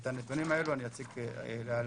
את הנתונים האלו אני אציג להלן.